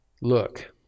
Look